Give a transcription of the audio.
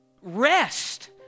rest